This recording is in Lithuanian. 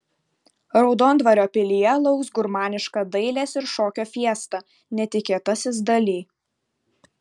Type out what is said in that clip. raudondvario pilyje lauks gurmaniška dailės ir šokio fiesta netikėtasis dali